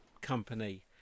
company